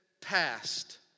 past